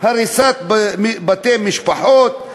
הריסת בתי משפחות,